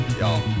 y'all